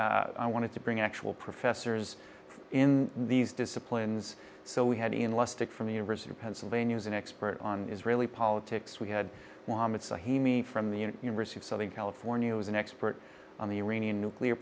view i wanted to bring actual professors in these disciplines so we had enlisted from the university of pennsylvania is an expert on israeli politics we had a he me from the university of southern california who is an expert on the iranian nuclear